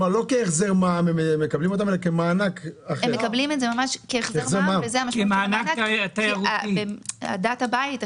הם מקבלים את זה כהחזר מע"מ - הדת הבהאית,